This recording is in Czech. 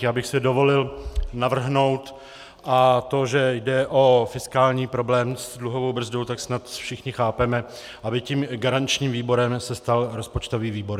Já bych si dovolil navrhnout a to, že jde o fiskální problém s dluhovou brzdou, tak snad všichni chápeme, aby garančním výborem se stal rozpočtový výbor.